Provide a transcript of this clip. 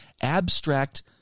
abstract